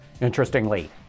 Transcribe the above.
Interestingly